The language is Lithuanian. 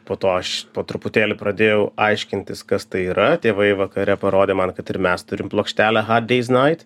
po to aš po truputėlį pradėjau aiškintis kas tai yra tėvai vakare parodė man kad ir mes turim plokštelę a hard days night